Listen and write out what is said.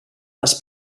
les